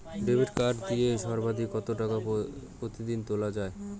Debit card দিয়ে সর্বাধিক কত টাকা প্রতিদিন তোলা য়ায়?